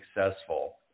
successful